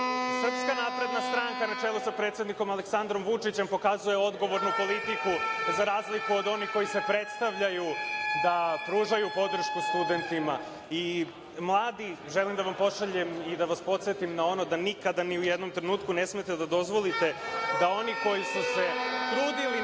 dokaz koliko SNS, na čelu sa predsednikom Aleksandrom Vučićem, pokazuje odgovornu politiku za razliku od onih koji se predstavljaju da pružaju podršku studentima. Mladi, želim da vam pošaljem i da vas podsetim na ono da nikada ni u jednom trenutku ne smete da dozvolite da oni koji su se trudili na